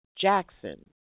Jackson